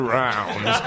round